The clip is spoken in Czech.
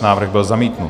Návrh byl zamítnut.